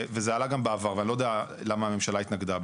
וזה עלה גם בעבר ואני לא יודע למה הממשלה התנגדה.